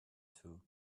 two